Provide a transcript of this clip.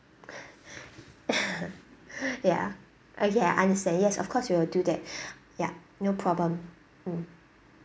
ya okay I understand yes of course we will do that ya no problem mm